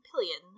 pillion